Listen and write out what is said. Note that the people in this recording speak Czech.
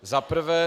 Za prvé.